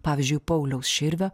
pavyzdžiui pauliaus širvio